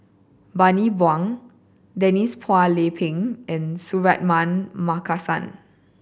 Bani Buang Denise Phua Lay Peng and Suratman Markasan